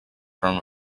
from